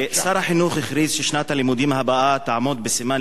שר החינוך הכריז ששנת הלימודים הבאה תעמוד בסימן לימוד